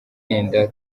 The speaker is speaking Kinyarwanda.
yenda